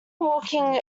walking